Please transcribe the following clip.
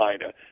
China